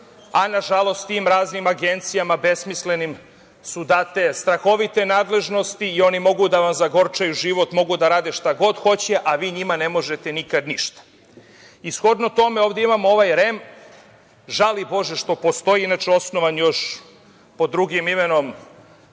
a tim raznim agencijama, besmislenim, su date strahovite nadležnosti i oni mogu da vam zagorčaju život, mogu da rade šta god hoće, a vi njima ne možete nikad ništa. Shodno tome, ovde imamo ovaj REM, žali bože što postoji, inače osnovan još pod drugim imenom